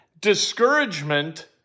discouragement